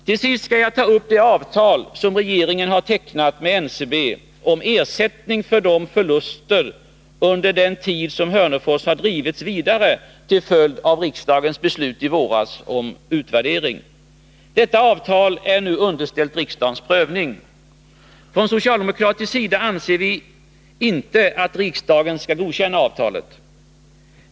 Till sist skall jag ta upp det avtal som regeringen har tecknat med NCB om ersättning för förluster under den tid som Hörnefors har drivits vidare till följd av riksdagens beslut i våras om utvärdering. Detta avtal är nu underställt riksdagens prövning. Från socialdemokratisk sida anser vi inte att riksdagen skall godkänna avtalet.